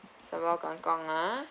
sambal kangkong ah